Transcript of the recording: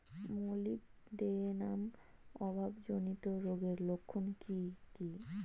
Molybdenum অভাবজনিত রোগের লক্ষণ কি কি?